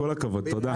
כל הכבוד, תודה.